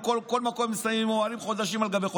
ובכל מקום הם שמים אוהלים חודשים על גבי חודשים,